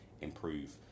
improve